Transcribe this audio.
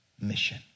mission